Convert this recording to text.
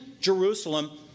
Jerusalem